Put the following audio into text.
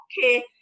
okay